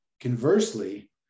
Conversely